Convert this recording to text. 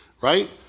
right